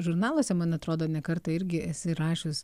žurnaluose man atrodo ne kartą irgi esi rašius